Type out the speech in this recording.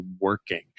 working